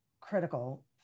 critical